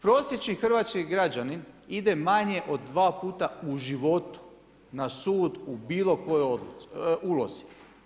Prosječni hrvatski građanin ide manje od dva puta u životu na sud u bilo kojoj ulozi.